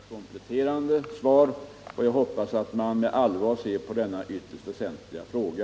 Herr talman! Jag ber att få tacka även för detta kompletterande svar, och jag hoppas att man med allvar ser på denna ytterst väsentliga fråga.